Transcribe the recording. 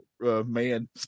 man